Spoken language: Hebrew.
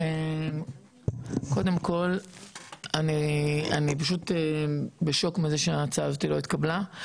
אני פשוט בשוק מזה שההצעה הזאת לא התקבלה.